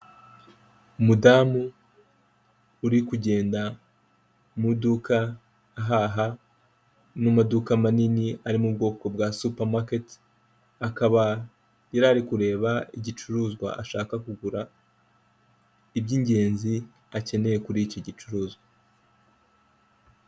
Umudamu uriku kugenda muduka ahaha n'amaduka manini ari mu bwoko bwa supamaketi, akaba yari ari kureba igicuruzwa ashaka kugura ibyingenzi akeneye kuri iki gicuruzwa.